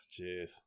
jeez